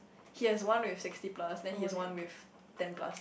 he has one with sixty plus then he has one with ten plus